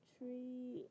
Tree